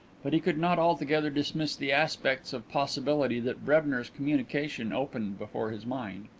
but he could not altogether dismiss the aspects of possibility that brebner's communication opened before his mind.